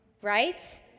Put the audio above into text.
right